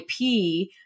IP